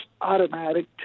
automatic